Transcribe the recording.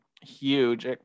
huge